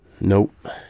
Nope